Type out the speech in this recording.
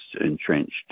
entrenched